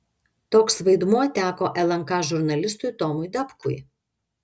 toks vaidmuo teko lnk žurnalistui tomui dapkui